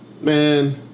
man